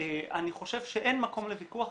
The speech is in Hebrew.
אני חושב שאין מקום לוויכוח,